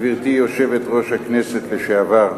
גברתי יושבת-ראש הכנסת לשעבר,